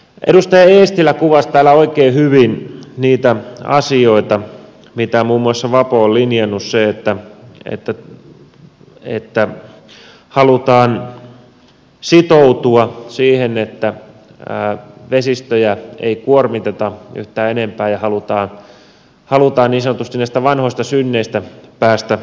edustaja eestilä kuvasi täällä oikein hyvin niitä asioita mitä muun muassa vapo on linjannut sen että halutaan sitoutua siihen että vesistöjä ei kuormiteta yhtään enempää ja halutaan niin sanotusti näistä vanhoista synneistä päästä eroon